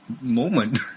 moment